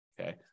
Okay